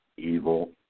Evil